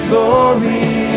glory